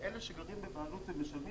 לאנשים האלה, שגם חלקם